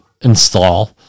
install